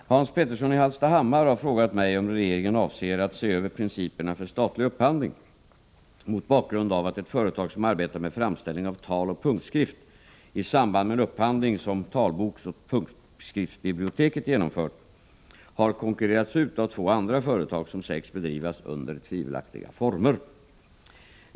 Herr talman! Hans Petersson i Hallstahammar har frågat mig om regeringen avser att se över principerna för statlig upphandling, mot bakgrund av att ett företag som arbetar med framställning av taloch punktskrift i samband med en upphandling som talboksoch punktskriftsbiblioteket genomfört har konkurrerats ut av två andra företag som sägs bedrivas under tvivelaktiga former.